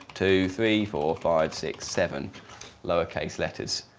two, three, four, five, six, seven lower case letters.